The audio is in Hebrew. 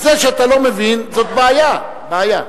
זה שאתה לא מבין זאת בעיה, בעיה,